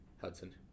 Hudson